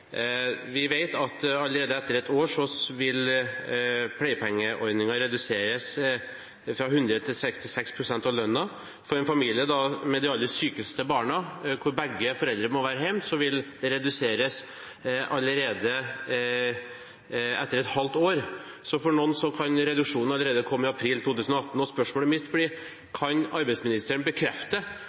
Vi vet at allerede etter ett år vil pleiepengeordningen reduseres fra 100 pst. til 66 pst. av lønnen. For en familie med de aller sykeste barna, hvor begge foreldre må være hjemme, vil det reduseres allerede etter et halvt år, så for noen kan reduksjonen komme allerede i april 2018. Spørsmålet mitt blir: Kan arbeidsministeren bekrefte